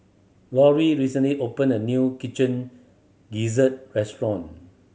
Laurie recently opened a new kitchen gizzard restaurant